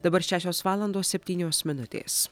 dabar šešios valandos septynios minutės